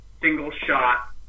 single-shot